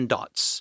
Dots